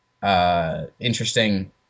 Interesting